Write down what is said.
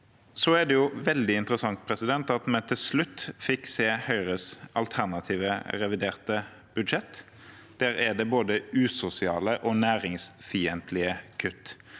Det er veldig interessant at vi til slutt fikk se Høyres alternative reviderte budsjett. Der er det både usosiale og næringsfiendtlige kutt.